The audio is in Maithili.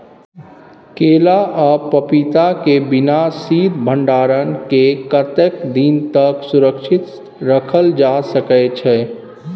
केला आ पपीता के बिना शीत भंडारण के कतेक दिन तक सुरक्षित रखल जा सकै छै?